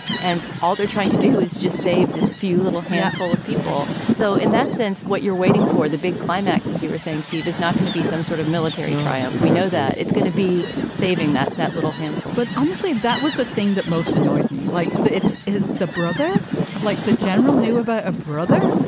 and all they're trying to do is just save this few little handful of people. so in that sense, what you're waiting for, the big climax, as you were saying, steve, is not going to be some sort of military triumph. we know that it's going to be saving that that little handful but honestly, that was the thing that most annoyed me. like it's the brother i'd like. the general knew about a brother,